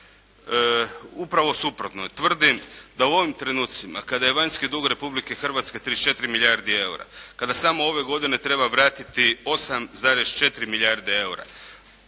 Upravo suprotno. Tvrdim da u ovim trenucima kada je vanjski dug Republike Hrvatske 34 milijardi EUR-a, kada samo ove godine treba vratiti 8,4 milijarde EUR-a